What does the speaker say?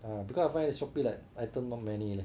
oh because I find like Shopee the item not many ah